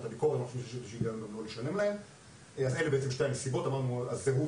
אני אציין שאנחנו בעקבות גם הערות של היעוץ